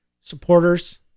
supporters